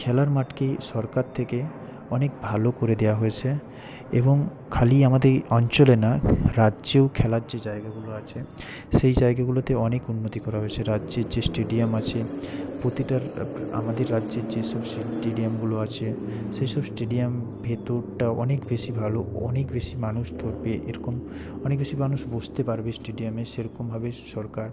খেলার মাঠকে সরকার থেকে অনেক ভালো করে দেয়া হয়েছে এবং খালি আমাদের অঞ্চলে না রাজ্যেও খেলার যে জায়গাগুলো আছে সেই জায়গাগুলোতে অনেক উন্নতি করা হয়েছে রাজ্যের যে স্টেডিয়াম আছে প্রতিটা আমাদের রাজ্যের যে সব সে স্টেডিয়ামগুলো আছে সেই সব স্টেডিয়াম ভেতরটা অনেক বেশি ভালো ও অনেক বেশি মানুষ ধরবে এরকম অনেক বেশি মানুষ বসতে পারবে স্টেডিয়ামে সেরকমভাবে সরকার